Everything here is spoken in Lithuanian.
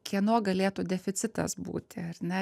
kieno galėtų deficitas būti ar ne